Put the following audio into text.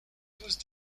tous